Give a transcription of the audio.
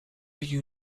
you